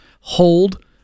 Hold